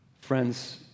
Friends